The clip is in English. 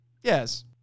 Yes